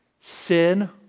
Sin